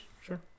sure